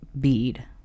bead